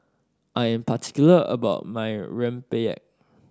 I am particular about my rempeyek